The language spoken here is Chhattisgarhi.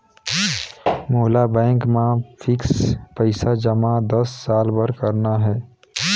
मोला बैंक मा फिक्स्ड पइसा जमा दस साल बार करना हे?